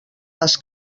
les